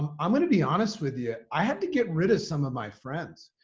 um i'm going to be honest with you. i had to get rid of some of my friends.